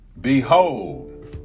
Behold